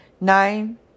Nine